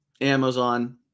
Amazon